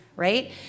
right